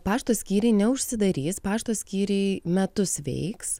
pašto skyriai neužsidarys pašto skyriai metus veiks